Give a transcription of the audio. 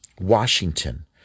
Washington